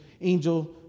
angel